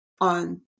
on